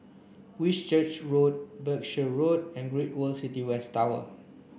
Whitchurch Road Berkshire Road and Great World City West Tower